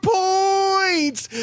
points